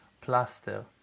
Plaster